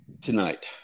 tonight